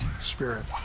spirit